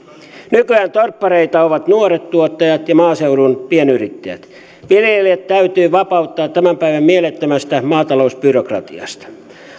nykyään torppareita ovat nuoret tuottajat ja maaseudun pienyrittäjät viljelijät täytyy vapauttaa tämän päivän mielettömästä maatalousbyrokratiasta